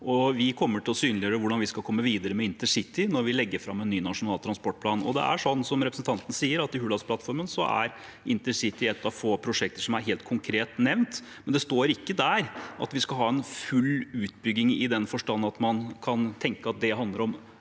vi kommer til å synliggjøre hvordan vi skal komme videre med intercity når vi legger fram en ny nasjonal transportplan. Det er slik, som representanten sier, at i Hurdalsplattformen er intercity et av få prosjekter som er helt konkret nevnt, men det står ikke der at vi skal ha en full utbygging i den forstand at man kan tenke at det handler om